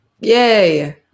Yay